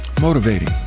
motivating